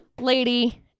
lady